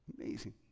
Amazing